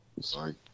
Sorry